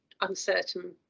uncertain